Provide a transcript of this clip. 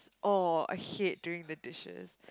oh I hate doing the dishes